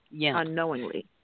unknowingly